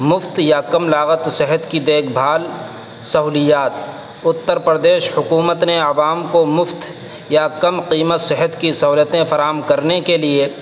مفت یا کم لاگت صحت کی دیکھ بھال سہولیات اتر پردیش حکومت نے عوام کو مفت یا کم قیمت صحت کی سہولتیں فراہم کرنے کے لیے